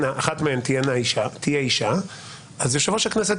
תהיי הראשונה